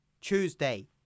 Tuesday